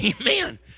Amen